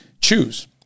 choose